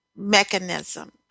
mechanism